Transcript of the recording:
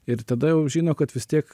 ir tada jau žino kad vis tiek